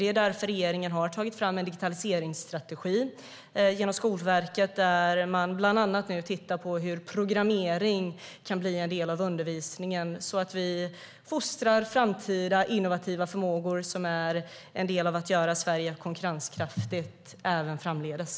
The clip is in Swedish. Därför har regeringen tagit fram en digitaliseringsstrategi genom Skolverket. Där tittar man bland annat på hur programmering kan bli en del av undervisningen så att vi fostrar framtida innovativa förmågor som kan vara del av att göra Sverige konkurrenskraftigt även framdeles.